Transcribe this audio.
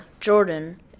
Jordan